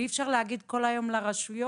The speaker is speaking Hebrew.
אי-אפשר להגיד כל היום לרשויות: